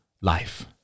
life